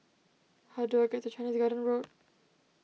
how do I get to Chinese Garden Road